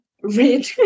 read